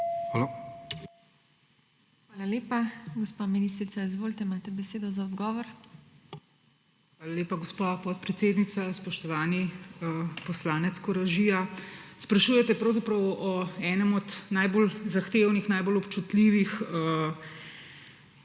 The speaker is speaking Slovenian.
HEFERLE: Hvala lepa. Gospa ministrica, izvolite, imate besedo za odgovor. DR. SIMONA KUSTEC: Hvala lepa, gospa podpredsednica. Spoštovani poslanec Koražija, sprašujete pravzaprav o enem od najbolj zahtevnih, najbolj občutljivih